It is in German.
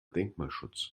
denkmalschutz